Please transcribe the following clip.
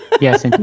yes